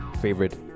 favorite